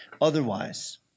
otherwise